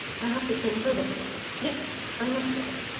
i have to call at other places. yes i must go